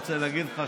אני רוצה להגיד לך,